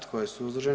Tko je suzdržan?